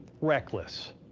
reckless